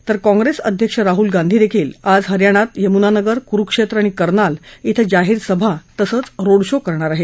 तर काँग्रेस अध्यक्ष राहल गांधीही आज हरियाणात यमुनानगर कुरुक्षेत्र आणि कर्नाल िंग जाहीरसभा तसंच रोडशो करणार आहेत